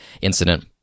incident